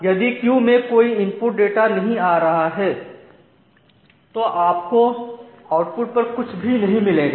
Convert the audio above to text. यदि क्यू में कोई इनपुट डेटा नहीं आ रहा है तो आपको आउटपुट पर कुछ भी नहीं मिलेगा